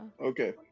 okay